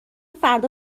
فردا